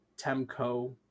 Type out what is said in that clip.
Temco